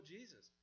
Jesus